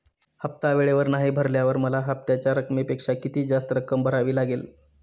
हफ्ता वेळेवर नाही भरल्यावर मला हप्त्याच्या रकमेपेक्षा किती जास्त रक्कम भरावी लागेल?